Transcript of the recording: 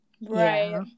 Right